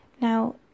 Now